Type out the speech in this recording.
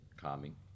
calming